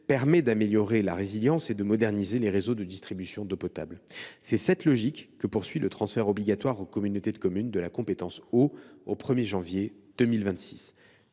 permet d’améliorer la résilience et de moderniser les réseaux de distribution d’eau potable. C’est cette logique qui sous tend le transfert obligatoire aux communautés de communes de la compétence eau au 1 janvier 2026.